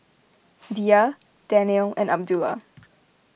Dhia Daniel and Abdullah